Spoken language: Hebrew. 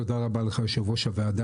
תודה רבה לך, יושב-ראש הוועדה.